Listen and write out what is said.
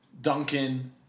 Duncan